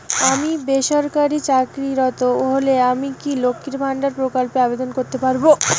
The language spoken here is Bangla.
আমি বেসরকারি চাকরিরত হলে আমি কি লক্ষীর ভান্ডার প্রকল্পে আবেদন করতে পারব?